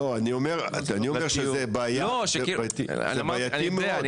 לא, אני אומר שזה בעיה, זה בעייתי מאוד.